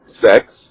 sex